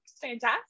fantastic